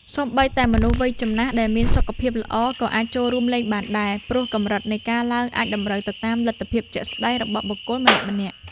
សូម្បីតែមនុស្សវ័យចំណាស់ដែលមានសុខភាពល្អ ក៏អាចចូលរួមលេងបានដែរ ព្រោះកម្រិតនៃការឡើងអាចតម្រូវទៅតាមលទ្ធភាពជាក់ស្តែងរបស់បុគ្គលម្នាក់ៗ។